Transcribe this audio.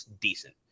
decent